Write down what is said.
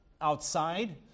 outside